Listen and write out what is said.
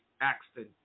Axton